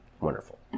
wonderful